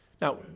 Now